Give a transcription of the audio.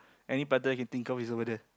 any prata I can think of is over there